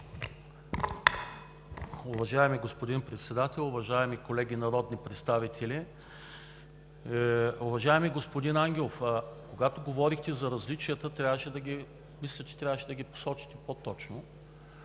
Уважаеми господин Председател, уважаеми колеги народни представители! Уважаеми господин Ангелов, когато говорихте за различията, мисля, че трябваше да ги посочите по-точно.